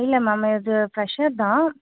இல்லை மேம் இது ப்ரெஷர் தான்